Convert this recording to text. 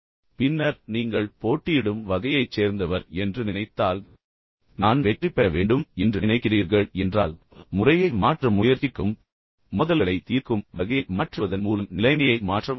பின்னர் நீங்கள் போட்டியிடும் வகையைச் சேர்ந்தவர் என்று நினைத்தால் நான் வெற்றி பெற வேண்டும் யாராவது தோற்க வேண்டும் என்று நீங்கள் எப்போதும் நினைக்கிறீர்கள் என்றால் எனவே முறையை மாற்ற முயற்சிக்கவும் மோதல்களை தீர்க்கும் வகையை மாற்றுவதன் மூலம் நிலைமையை மாற்ற முயற்சிக்கவும்